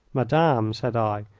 madame, said i,